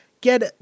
get